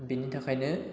बिनि थाखायनो